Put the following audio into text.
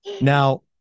Now